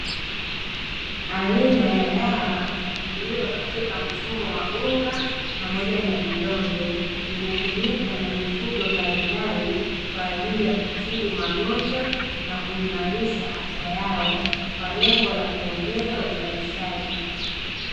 Aina ya dawa iliyo katika mfumo wa unga pamoja na vidonge, vinatumika na mifugo mbalimbali kwaajili ya kutibu magonjwa na kuimarisha afya yao, kwa lengo la kuongeza uzalishaji.